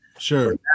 Sure